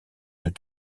deux